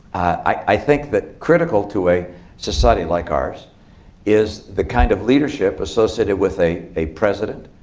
i think that critical to a society like ours is the kind of leadership associated with a a president,